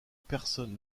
personne